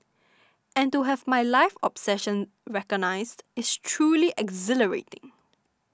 and to have my life's obsession recognised is truly exhilarating